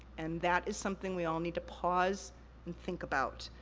and that is something we all need to pause and think about,